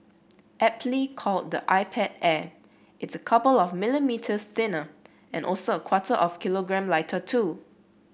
aptly called the iPad Air it's a couple of millimetres thinner and also a quarter of kilogram lighter too